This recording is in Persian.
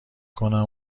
کنم